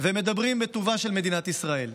ומדברים בטובתה של מדינת ישראל.